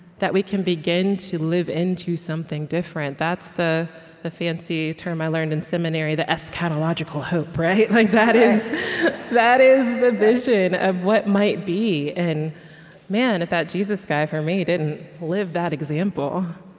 that we can begin to live into something different that's the the fancy term i learned in seminary the eschatological hope. like that is that is the vision of what might be. and man, if that jesus guy, for me, didn't live that example.